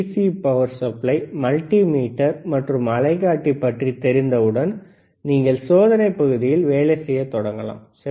C power supply multimeter மற்றும் அலைக்காட்டி பற்றி தெரிந்தவுடன் நீங்கள் சோதனைப் பகுதியில் வேலை செய்ய தொடங்கலாம் சரி